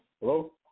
Hello